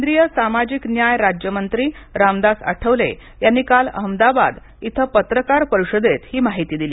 केंद्रीय सामाजिक न्याय राज्यमंत्री रामदास आठवले यांनी काल अहमदाबाद इथं पत्रकार परिषदेत हि माहिती दिली